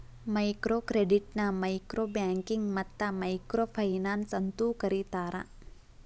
micro ಕ್ರೆಡಿಟ್ನ micro banking ಮತ್ತ micro finance ಅಂತೂ ಕರಿತಾರ